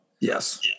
Yes